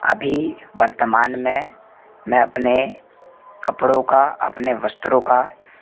अभी वर्तमान में मैं अपने कपड़ों का अपने वस्त्रों का